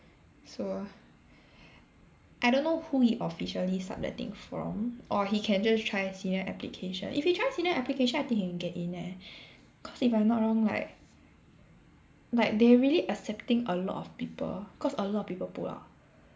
so I don't know who he officially subletting from or he can just try senior application if he try senior application I think he'll get in leh cause if I'm not wrong like like they are really accepting a lot of people cause a lot of people pull out